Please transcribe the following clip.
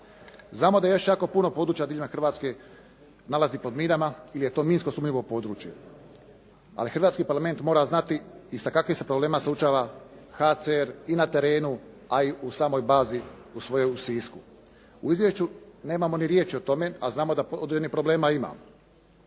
Znamo da je još jako puno područja diljem Hrvatske nalazi pod minama ili je to minsko sumnjivo područje. Ali hrvatski Parlament mora znati i sa kakvim se problemima suočava HCR i na terenu, a i u samoj bazi u svojoj u Sisku. U izvješću nemamo ni riječi o tome, a znamo da određenih problema ima.